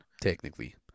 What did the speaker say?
Technically